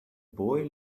boy